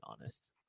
honest